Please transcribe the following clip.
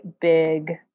big